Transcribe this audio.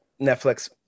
netflix